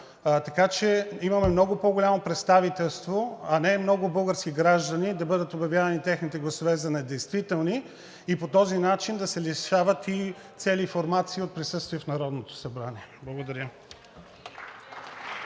Така че имаме много по-голямо представителство, а не гласовете на много български граждани да бъдат обявявани за недействителни и по този начин да се лишават и цели формации от присъствие в Народното събрание. Благодаря.